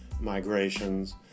migrations